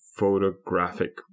Photographic